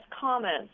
comments